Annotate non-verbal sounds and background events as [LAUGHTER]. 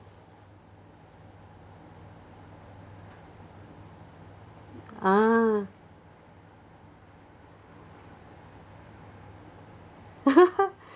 ah [LAUGHS]